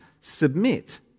submit